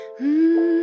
Mmm